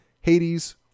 Hades